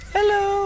Hello